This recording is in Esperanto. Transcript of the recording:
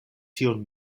tion